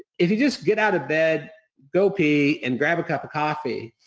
if you just get out of bed, go pee, and grab a cup of coffee,